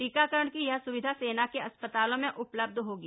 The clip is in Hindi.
टीकाकरण की यह सुविधा सेना के अस्पतालों में उपलब्ध होगी